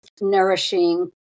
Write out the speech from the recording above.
nourishing